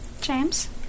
James